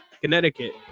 Connecticut